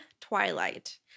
Twilight